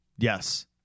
Yes